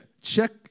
check